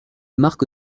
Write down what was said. marque